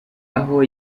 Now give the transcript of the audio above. aho